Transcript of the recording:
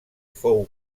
fou